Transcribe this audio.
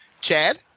Chad